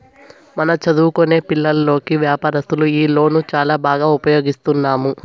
మన చదువుకొనే పిల్లోల్లకి వ్యాపారస్తులు ఈ లోన్లు చాలా బాగా ఉపయోగిస్తున్నాము